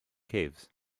caves